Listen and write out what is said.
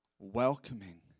welcoming